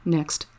Next